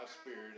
spirit